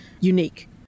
unique